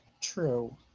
True